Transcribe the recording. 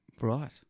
Right